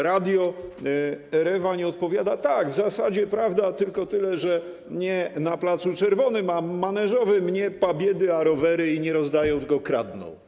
Radio Erewań odpowiada: tak, w zasadzie prawda, tyle tylko, że nie na placu Czerwonym, a Maneżowym, nie pobiedy, a rowery, i nie rozdają, tylko kradną.